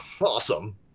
Awesome